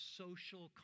social